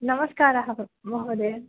नमस्कारः महोदय